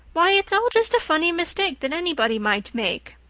why, it's all just a funny mistake that anybody might make.